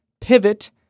Pivot